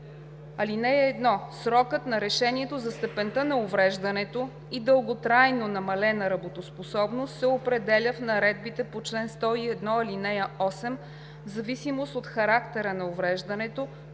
вида: „(1) Срокът на решението за степента на увреждането и дълготрайно намалена работоспособност се определя в наредбите по чл. 101, ал. 8, в зависимост от характера на увреждането,